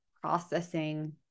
processing